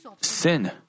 sin